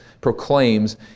proclaims